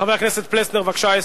חבר הכנסת פלסנר, בבקשה.